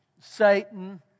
Satan